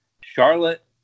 Charlotte